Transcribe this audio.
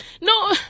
No